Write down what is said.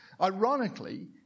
Ironically